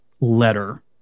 letter